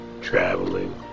traveling